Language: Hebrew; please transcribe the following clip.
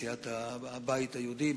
סיעת הבית היהודי,